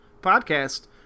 podcast